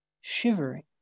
shivering